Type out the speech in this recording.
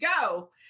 go